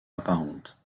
apparentes